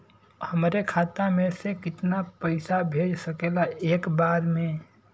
हमरे खाता में से कितना पईसा भेज सकेला एक बार में?